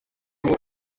ngo